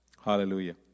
Hallelujah